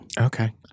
Okay